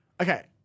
Okay